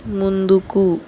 ముందుకు